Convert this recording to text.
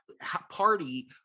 party